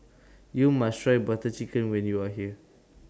YOU must Try Butter Chicken when YOU Are here